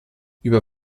über